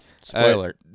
spoiler